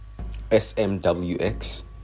smwx